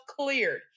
cleared